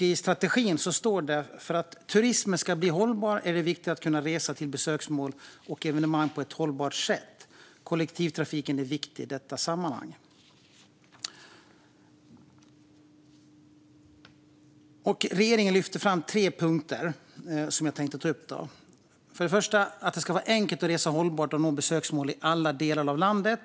I strategin står det: "För att turismen ska bli hållbar är det viktigt att kunna resa till besöksmål och evenemang på ett hållbart sätt. Kollektivtrafiken är viktig i detta sammanhang." Regeringen lyfter fram tre punkter som jag tänkte ta upp. Den första är att det ska vara enkelt att resa hållbart och nå besöksmål i alla delar av landet.